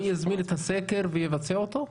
מי הזמין את הסקר ויבצע אותו?